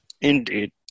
indeed